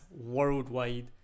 worldwide